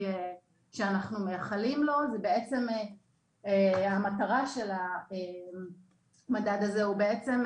שאנחנו מייחלים לו ובעצם המטרה של המדד הזה היא בעצם,